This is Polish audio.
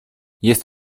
jest